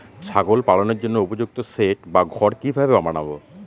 ছাগল পালনের জন্য উপযুক্ত সেড বা ঘর কিভাবে বানাবো?